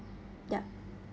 yup